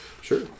sure